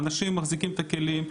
האנשים מחזיקים את הכלים,